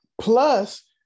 Plus